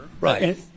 Right